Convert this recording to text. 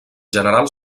general